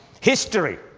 History